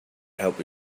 help